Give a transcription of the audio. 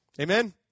Amen